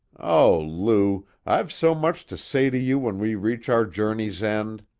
oh, lou, i've so much to say to you when we reach our journey's end!